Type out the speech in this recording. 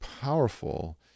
powerful